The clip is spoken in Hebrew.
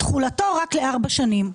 תחולתו רק לארבע שנים,